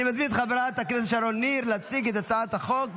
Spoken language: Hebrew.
אני מזמין את חברת הכנסת שרון ניר להציג את הצעת החוק,